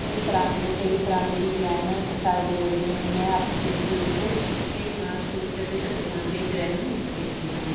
ਕਈ ਤਰ੍ਹਾਂ ਦੇ ਕਈ ਤਰ੍ਹਾਂ ਦੇ ਹੀ ਗ੍ਰਹਿਣ ਚੱਲਦੇ ਰਹਿੰਦੇ ਨੇ ਮੈਂ ਆਪਣੀ ਜ਼ਿੰਦਗੀ ਵਿੱਚ ਕਈ ਵਾਰ ਸੂਰਜ ਅਤੇ ਚੰਦਰਮਾ ਦੇ ਗ੍ਰਹਿਣ ਦੇਖੇ ਹਨ